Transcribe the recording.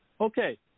Okay